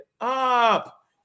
up